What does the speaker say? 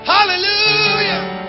Hallelujah